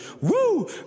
Woo